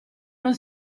non